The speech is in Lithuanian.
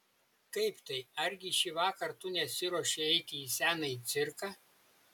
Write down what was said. kaip tai argi šįvakar tu nesiruoši eiti į senąjį cirką